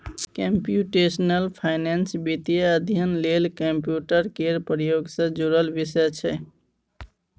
computational finance वित्तीय अध्ययन लेल कंप्यूटर केर प्रयोग सँ जुड़ल विषय छै